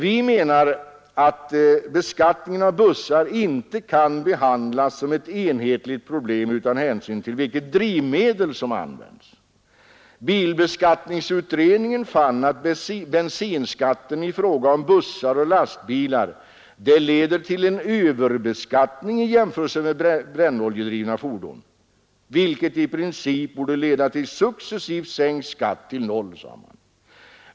Vi menar att beskattningen av bussar inte kan behandlas som ett enhetligt problem utan hänsyn till vilket drivmedel som används. Bilbeskattningsutredningen fann att bensinskatten i fråga om bussar och lastbilar leder till en överbeskattning i jämförelse med brännoljedrivna fordon, vilket i princip borde medföra att skatten successivt sänks till noll.